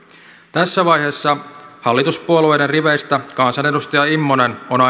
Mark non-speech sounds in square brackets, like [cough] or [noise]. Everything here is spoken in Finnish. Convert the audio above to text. tässä vaiheessa hallituspuolueiden riveistä ainakin kansanedustaja immonen on [unintelligible]